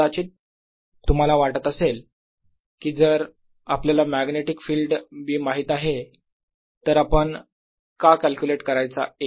कदाचित तुम्हाला वाटत असेल की जर आपल्याला मॅग्नेटिक फिल्ड B माहित आहे तर आपण का कॅल्क्युलेट करायचा A